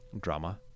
Drama